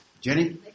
Jenny